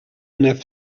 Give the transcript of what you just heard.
neuf